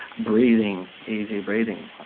breathing, easy breathing.